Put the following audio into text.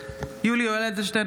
(קוראת בשמות חברי הכנסת) יולי יואל אדלשטיין,